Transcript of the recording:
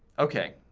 okay.